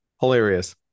hilarious